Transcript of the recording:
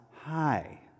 high